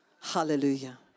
Hallelujah